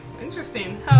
interesting